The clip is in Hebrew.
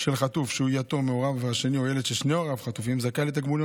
של חטוף שהוא יתום מהוריו או ילד ששני הוריו חטופים זכאי לתגמולים